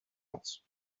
else